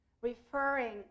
referring